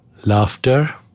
laughter